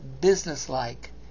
businesslike